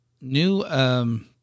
new